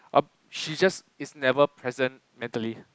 uh she just is never present mentally